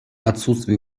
отсутствии